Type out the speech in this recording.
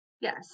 Yes